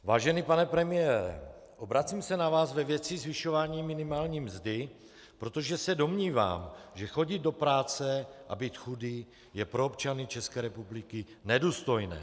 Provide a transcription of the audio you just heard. Vážený pane premiére, obracím se na vás ve věci zvyšování minimální mzdy, protože se domnívám, že chodit do práce a být chudý je pro občany České republiky nedůstojné.